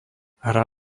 hra